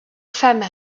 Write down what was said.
femmes